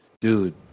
Dude